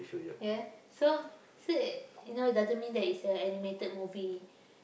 yeah so so that you know doesn't mean that it's an animated movie